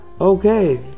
Okay